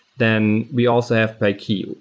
then we also have by key.